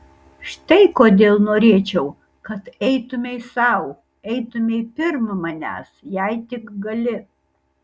štai kodėl norėčiau kad eitumei sau eitumei pirm manęs jei tik gali